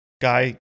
guy